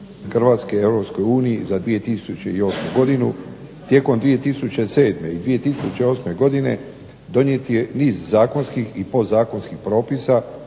pristupanje RH EU za 2008. godinu, tijekom 2007. i 2008. godine donijeto je niz zakonskih i podzakonskih propisa